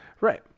Right